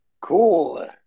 Cool